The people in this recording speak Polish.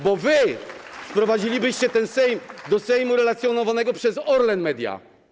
Bo wy sprowadzilibyście ten Sejm do Sejmu relacjonowanego przez Orlen media.